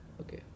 Okay